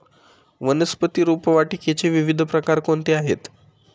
वनस्पती रोपवाटिकेचे विविध प्रकार कोणते आहेत?